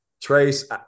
Trace